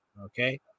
Okay